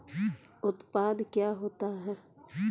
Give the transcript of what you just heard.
उत्पाद क्या होता है?